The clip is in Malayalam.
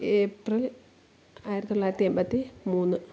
ഏപ്രിൽ ആയിരത്തി തൊള്ളായിരത്തി എൺപത്തി മൂന്ന്